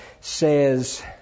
says